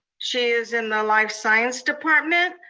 she is in the life science department.